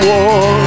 War